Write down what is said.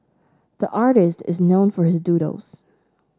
the artist is known for his doodles